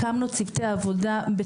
שיבטחו את הבטיחות פה על-פי התקנות,